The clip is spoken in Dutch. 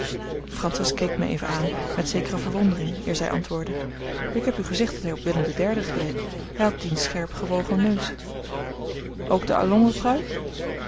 francis keek mij even aan met zekere verwondering eer zij antwoordde ik heb u gezegd dat hij op willem den derde geleek hij had diens scherp gebogen neus ook de